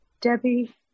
Debbie